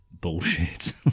bullshit